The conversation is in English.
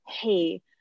hey